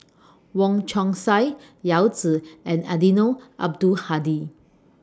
Wong Chong Sai Yao Zi and Eddino Abdul Hadi